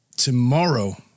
Tomorrow